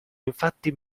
infatti